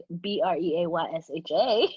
B-R-E-A-Y-S-H-A